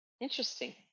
Interesting